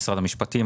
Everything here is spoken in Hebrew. משרד המשפטים,